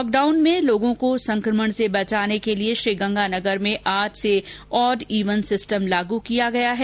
lockdown में लोगों को संकमण से बचाने के लिए श्रीगंगानगर में आज से ऑड ईवन सिस्टम लग्गू किया गया है